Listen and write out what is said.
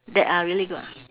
that are really good ah